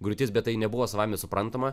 griūtis bet tai nebuvo savaime suprantama